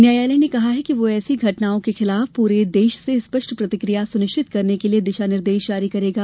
न्यायालय ने कहा कि वह ऐसी घटनाओं के खिलाफ पूरे देश से स्पष्ट प्रतिक्रिया सुनिश्चित करने के लिए दिशा निर्देश जारी करेगा